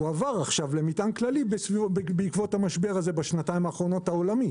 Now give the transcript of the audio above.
הוא עבר עכשיו למטען כללי בעקבות המשבר העולמי הזה